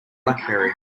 blackberry